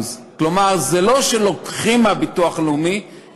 ל-6.45%, כלומר הטבה של 450 מיליון שקל.